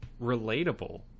relatable